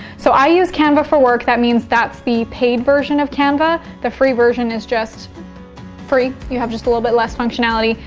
so i use canva for work, that means that's the paid version of canva. the free version is just free, you have just a little bit less functionality.